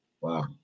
wow